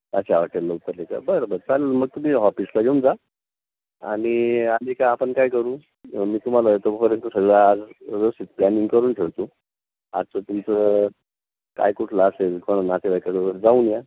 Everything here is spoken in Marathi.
अच्छा हॉटेलला उतरले का बर बर चालेल मग तुम्ही हॉपिसला येऊन जा आणि आले की आपण काय करू मी तुम्हाला तोपर्यंत सगळं आज व्यवस्थित प्लॅनिंग करून ठेवतो आजचं तुमचं काय कुठलं असेल कोण नातेवाईकाचं वगैरे जाऊन या